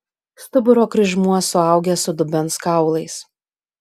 stuburo kryžmuo suaugęs su dubens kaulais